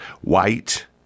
white